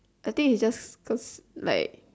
I think it's just cause like